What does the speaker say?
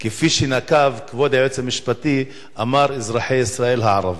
כפי שכבוד היועץ המשפטי נקב ואמר: אזרחי ישראל הערבים.